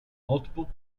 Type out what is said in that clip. multiple